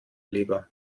leber